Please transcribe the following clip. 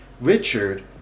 Richard